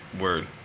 Word